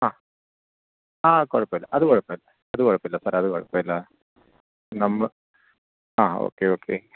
ആ ആ കുഴപ്പമില്ല അത് കുഴപ്പമില്ല അതു കുഴപ്പമില്ല സാർ അത് കുഴപ്പമില്ല നമ്മൾ ആ ഓക്കെ ഓക്കെ